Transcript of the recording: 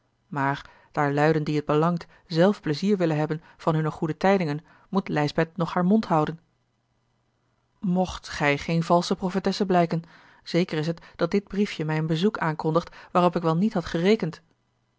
maar daar luiden die t belangt zelf pleizier willen hebben van hunne goede tijdingen moet lijsbeth nog haar mond houden a l g bosboom-toussaint de delftsche wonderdokter eel ocht gij geen valsche profetesse blijken zeker is t dat dit briefje mij een bezoek aankondigt waarop ik wel niet had gerekend